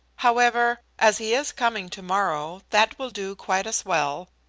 however, as he is coming to-morrow, that will do quite as well.